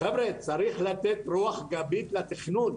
חבר'ה צריך לתת רוח גבית לתכנון.